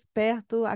perto